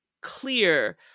clear